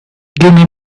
give